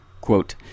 Quote